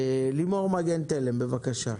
לימור מגן תלם, בבקשה.